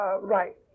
right